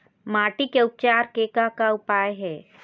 माटी के उपचार के का का उपाय हे?